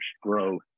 growth